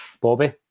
Bobby